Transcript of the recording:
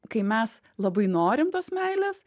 kai mes labai norim tos meilės